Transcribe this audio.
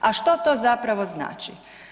A što to zapravo znači?